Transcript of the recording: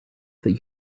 that